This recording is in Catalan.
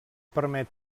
permet